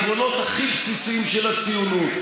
ופוגעת בעקרונות הכי בסיסיים של הציונות,